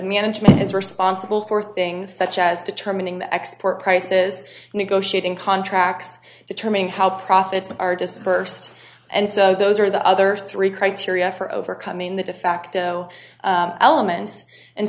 management is responsible for things such as determining the export prices negotiating contracts determining how profits are dispersed and so those are the other three criteria for overcoming the defacto elements and